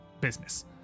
business